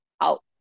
out